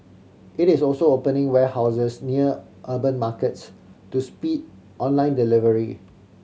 it is also opening warehouses near urban markets to speed online delivery